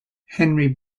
henry